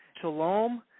shalom